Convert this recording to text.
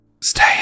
stay